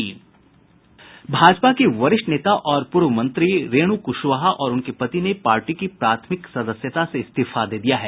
भाजपा की वरिष्ठ नेता और पूर्व मंत्री रेणु कुशवाहा और उनके पति ने पार्टी की प्राथमिक सदस्यता से इस्तीफा दे दिया है